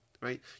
right